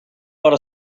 ought